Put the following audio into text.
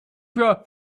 für